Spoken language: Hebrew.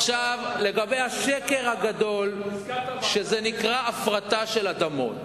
עכשיו לגבי השקר הגדול שנקרא הפרטה של אדמות.